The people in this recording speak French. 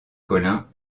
collin